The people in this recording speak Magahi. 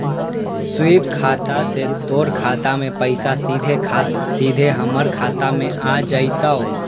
स्वीप खाता से तोर खाता से पइसा सीधा हमर खाता में आ जतउ